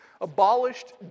abolished